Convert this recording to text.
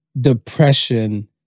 Depression